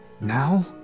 now